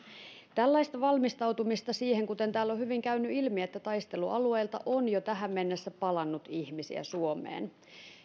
tällaista valmistautumista on tehty siihen kuten täällä on hyvin käynyt ilmi että taistelualueilta on jo tähän mennessä palannut ihmisiä suomeen